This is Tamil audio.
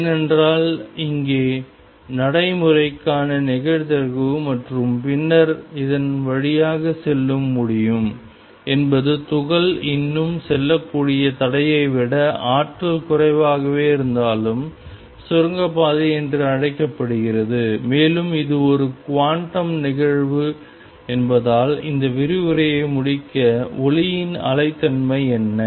ஏனென்றால் இங்கே நடைமுறைக்கான நிகழ்தகவு மற்றும் பின்னர் இதன் வழியாக செல்ல முடியும் என்பது துகள் இன்னும் செல்லக்கூடிய தடையை விட ஆற்றல் குறைவாக இருந்தாலும் சுரங்கப்பாதை என்று அழைக்கப்படுகிறது மேலும் இது ஒரு குவாண்டம் நிகழ்வு என்பதால் இந்த விரிவுரையை முடிக்க ஒளியின் அலை தன்மை என்ன